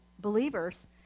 believers